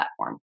platform